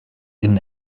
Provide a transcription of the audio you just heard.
innen